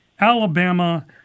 Alabama